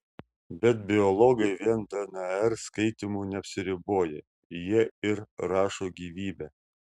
bet biologai vien dnr skaitymu neapsiriboja jie ir rašo gyvybę